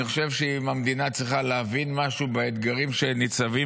אני חושב שאם המדינה צריכה להבין משהו באתגרים שניצבים